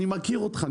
אני מכיר אותך,